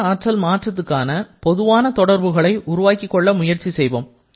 அகஆற்றல் மாற்றத்துக்கான பொதுவான தொடர்புகளை உருவாக்கிக் கொள்ள முயற்சி செய்வோம்